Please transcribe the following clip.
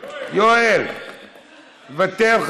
מוותר,